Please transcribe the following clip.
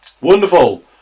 Wonderful